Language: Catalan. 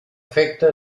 efecte